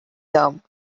dumb